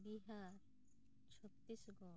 Bihar Chhattisgarh